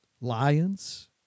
lions